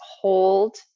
hold